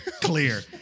clear